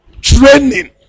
training